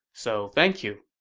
so thank you